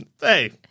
Hey